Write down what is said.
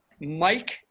Mike